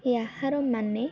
ଏହାର ମାନେ